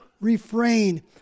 refrain